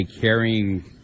carrying